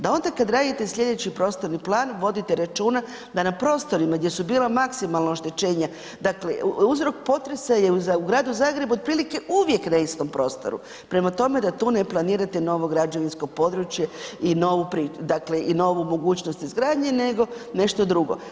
Da onda kada radite sljedeći prostorni plan vodite računa da na prostorima gdje su bila maksimalna oštećenja, dakle uzrok potresa je u gradu Zagrebu otprilike uvijek na istom prostoru, prema tome da tu ne planirate novo građevinsko područje i novu mogućnost izgradnje nego nešto drugo.